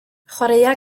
chwaraea